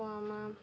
আকৌ আমাৰ